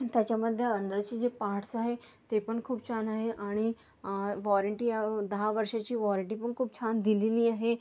त्याच्यामध्ये अंदरचे जे पार्ट्स आहे ते पण खूप छान आहे आणि वॉरंटी दहा वर्षाची वॉरंटी पण खूप छान दिलेली आहे